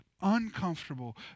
uncomfortable